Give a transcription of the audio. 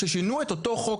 כששינו את אותו חוק,